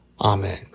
Amen